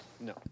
No